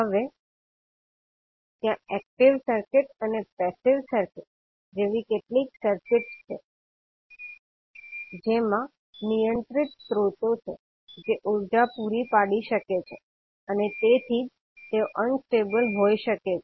હવે ત્યાં active circuit અને પેસીવ સર્કિટ જેવી કેટલીક સર્કિટ્સ છે જેમાં નિયંત્રિત સ્ત્રોતો છે જે ઉર્જા પૂરી પાડી શકે છે અને તેથી જ તેઓ અનસ્ટેબલ હોઈ શકે છે